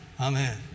Amen